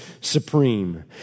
supreme